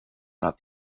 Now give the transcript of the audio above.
not